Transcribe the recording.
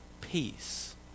Peace